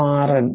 ഇത് RN